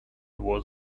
was